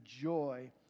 joy